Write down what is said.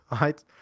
right